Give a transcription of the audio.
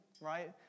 right